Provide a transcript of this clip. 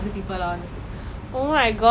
oh really ah eh I can't wait